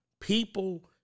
People